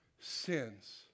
sins